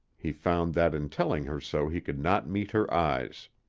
he found that in telling her so he could not meet her eyes.